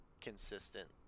consistent